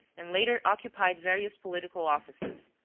and later occupied various political offices,